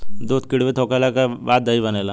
दूध किण्वित होखला के बाद दही बनेला